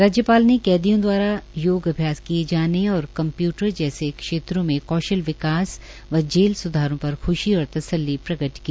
राज्यपाल ने कैदियों दवारा अभ्यास किए जाने और कम्प्यूटर जैसे क्षेत्रों में कौशल विकास व जेल सुधारों पर ख्शी और तसल्ली प्रकट की